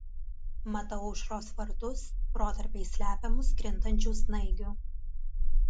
matau aušros vartus protarpiais slepiamus krintančių snaigių